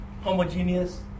homogeneous